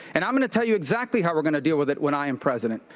and, i'm going to tell you exactly how we're going to deal with it when i am president.